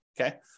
okay